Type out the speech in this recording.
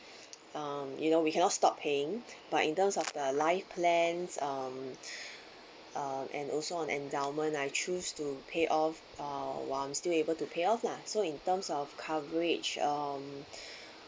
um you know we cannot stop paying but in terms of the life plan um uh and also on endowment I choose to pay off uh while I'm still able to pay off lah so in terms of coverage um